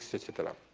cetera.